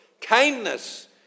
kindness